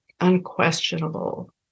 unquestionable